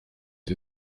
the